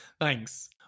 Thanks